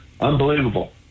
Unbelievable